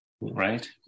right